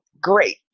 great